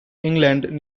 england